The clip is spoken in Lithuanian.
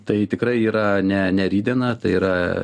tai tikrai yra ne ne rytdiena tai yra